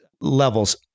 levels